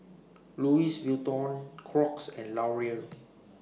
Louis Vuitton Crocs and Laurier